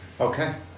Okay